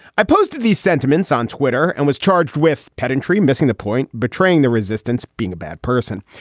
i posted these sentiments on twitter and was charged with pedantry, missing the point, betraying the resistance, being a bad person.